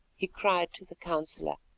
he cried to the counsellor